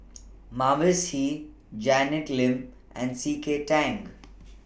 Mavis Hee Janet Lim and C K Tang